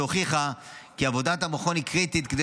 שהוכיחה כי עבודת המכון היא קריטית כדי